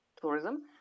tourism